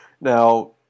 Now